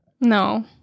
no